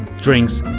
drinks,